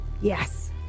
yes